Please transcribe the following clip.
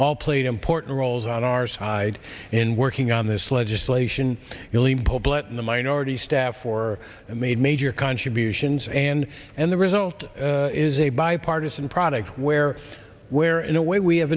all played important roles on our side in working on this legislation million public the minority staff or made major contributions and and the result is a bipartisan product where where in a way we have